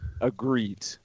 Agreed